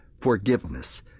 forgiveness